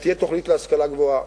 תהיה תוכנית להשכלה גבוהה,